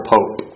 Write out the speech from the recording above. Pope